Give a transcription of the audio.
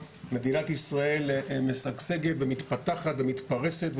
מדינת ישראל משגשגת ומתפתחת ומתפרשת,